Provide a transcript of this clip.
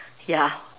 ya